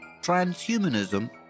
transhumanism